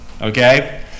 Okay